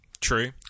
True